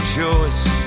choice